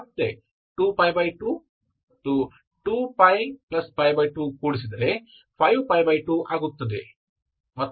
ಮತ್ತೆ 2π2 ಮತ್ತು 2ππ2 ಕೂಡಿಸಿದರೆ 5π2 ಆಗುತ್ತದೆ